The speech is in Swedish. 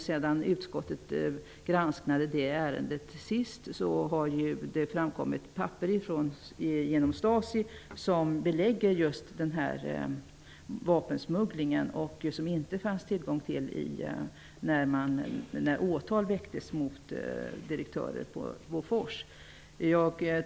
Sedan utskottet granskade det ärendet senast har det framkommit papper genom Stasi som belägger just denna vapensmuggling. Det är papper som man inte hade tillgång till när åtal väcktes mot direktörer på Bofors.